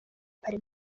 paris